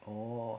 oh